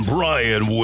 Brian